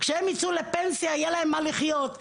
כשהם יצאו לפנסיה יהיה להם ממה לחיות.